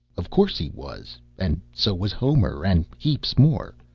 of course he was and so was homer, and heaps more.